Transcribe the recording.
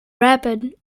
rapid